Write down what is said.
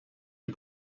die